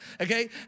okay